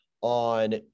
on